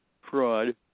fraud